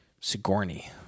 Sigourney